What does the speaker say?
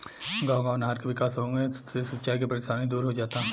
गांव गांव नहर के विकास होंगे से सिंचाई के परेशानी दूर हो जाता